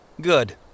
Good